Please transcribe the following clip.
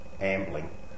ambling